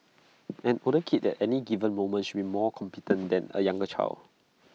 an older kid at any given moment should be more competent than A younger child